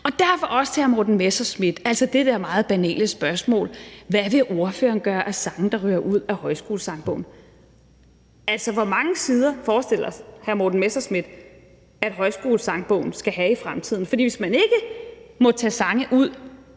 vil jeg også stille hr. Morten Messerschmidt det der meget banale spørgsmål, nemlig hvad ordføreren vil gøre af sange, der ryger ud af Højskolesangbogen. Hvor mange sider forestiller hr. Morten Messerschmidt sig Højskolesangbogen skal have i fremtiden? Hvis ikke man må tage sange ud,